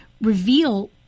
reveal